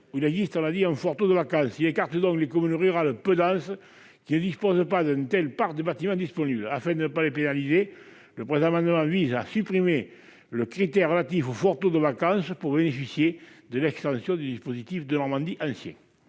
les zones connaissant un fort taux de vacance. Il écarte donc les communes rurales peu denses, qui ne disposent pas d'un tel parc de bâtiments disponibles. Afin de ne pas pénaliser ces dernières, le présent amendement vise à supprimer le critère relatif au fort taux de vacance pour bénéficier de l'extension du Denormandie dans l'ancien.